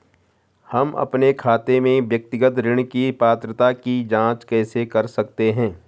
हम अपने खाते में व्यक्तिगत ऋण की पात्रता की जांच कैसे कर सकते हैं?